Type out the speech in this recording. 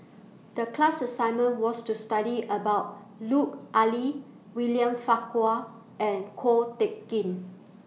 The class assignment was to study about Lut Ali William Farquhar and Ko Teck Kin